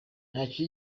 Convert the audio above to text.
ntacyo